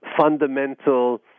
fundamental